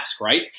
right